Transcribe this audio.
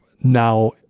now